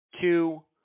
two